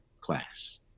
class